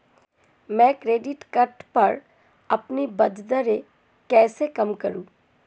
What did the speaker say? मैं credit card पर अपनी ब्याज दरें कैसे कम करूँ?